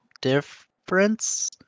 difference